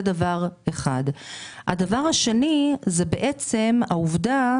הדבר השני זה העובדה